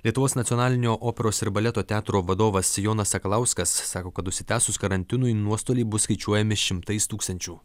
lietuvos nacionalinio operos ir baleto teatro vadovas jonas sakalauskas sako kad užsitęsus karantinui nuostoliai bus skaičiuojami šimtais tūkstančių